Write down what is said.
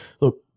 look